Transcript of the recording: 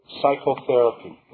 psychotherapy